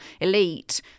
elite